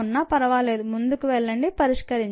ఫర్వాలేదు ముందుకు వెళ్లండి పరిష్కరించండి